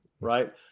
right